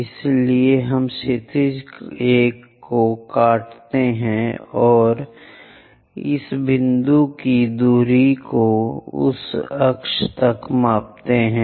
इसलिए हम क्षैतिज एक को काटते हैं इस बिंदु की दूरी को उस अक्ष पर मापते हैं